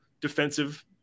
defensive